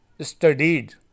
studied